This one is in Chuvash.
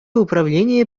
управленийӗ